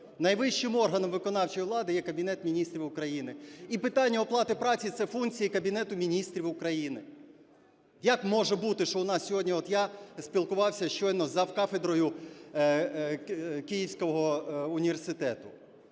Найвищим органом виконавчої влади є Кабінет Міністрів України, і питання оплати праці - це функція Кабінету Міністрів України. Як може бути, що у нас сьогодні… От я спілкувався щойно з завкафедрою Київського університету.